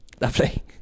Lovely